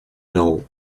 know